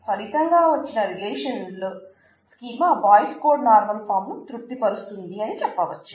ఫలితంగా వచ్చిన relational schema Boyce Codd normal form ను తృప్తి పరుస్తుంది అని చెప్పవచ్చు